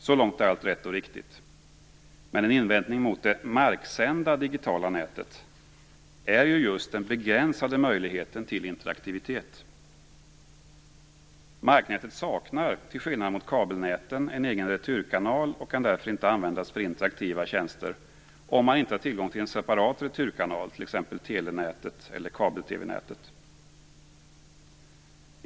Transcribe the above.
Så långt är allt rätt och riktigt. Men en invändning mot det marksända digitala nätet är just den begränsade möjligheten till interaktivitet. Till skillnad mot kabelnäten saknar marknätet en egen returkanal och kan därför inte användas för interaktiva tjänster om man inte har tillgång till en separat returkanal, t.ex. telenätet eller kabel-TV-nätet.